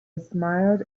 smiled